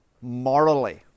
morally